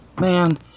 Man